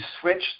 switch